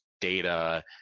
data